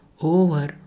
over